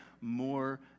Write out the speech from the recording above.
more